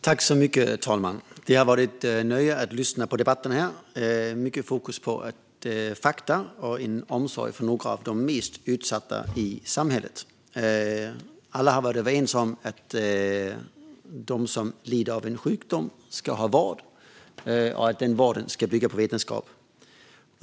Fru talman! Det har varit ett nöje att lyssna på debatten. Det har varit mycket fokus på fakta och på omsorg om några av de mest utsatta i samhället. Alla har varit överens om att den som lider av en sjukdom ska ha vård och att den vården ska bygga på vetenskap.